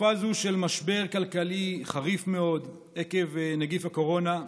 בתקופה זו של משבר כלכלי חריף מאוד עקב נגיף הקורונה,